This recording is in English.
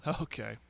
Okay